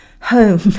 Home